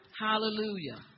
Hallelujah